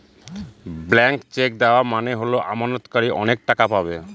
blank cheque দেওয়া মানে হল আমানতকারী অনেক টাকা পাবে